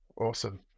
Awesome